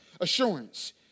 assurance